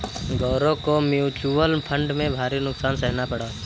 गौरव को mutual fund में भारी नुकसान सहना पड़ा